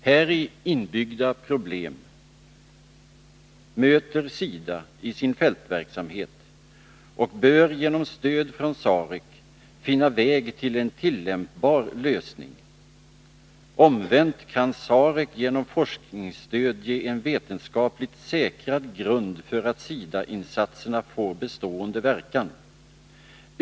Häri inbyggda problem möter SIDA i sin fältverksamhet, och SIDA bör genom stöd från SAREC finna en väg till en tillämpbar lösning. Omvänt kan SAREC genom forskningsstöd ge en vetenskapligt säkrad grund för att SIDA-insatserna får bestående verkan.